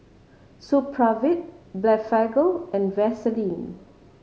Supravit Blephagel and Vaselin